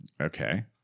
Okay